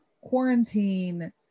quarantine